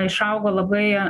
išaugo labai